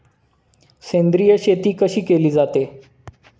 सेंद्रिय शेती कशी केली जाते?